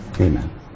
Amen